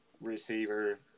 receiver